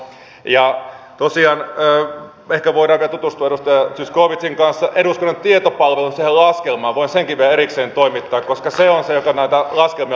ja tosiaan ehkä voimme vielä tutustua edustaja zyskowiczin kanssa siihen eduskunnan tietopalvelun laskelmaan voin senkin vielä erikseen toimittaa koska tietopalvelu on se joka näitä laskelmia on myös tehnyt